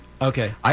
Okay